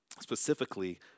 specifically